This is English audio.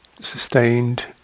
sustained